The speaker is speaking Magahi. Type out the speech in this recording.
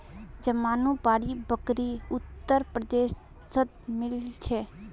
जमानुपारी बकरी उत्तर प्रदेशत मिल छे